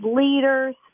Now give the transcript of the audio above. leaders